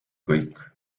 kõik